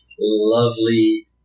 lovely